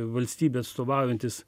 valstybę atstovaujantis